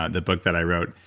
the book that i wrote.